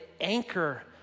anchor